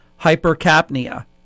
hypercapnia